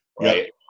right